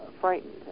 frightened